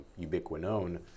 ubiquinone